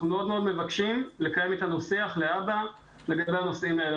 אנחנו מאוד מאוד מבקשים לקיים איתנו שיח להבא לגבי הנושאים האלה.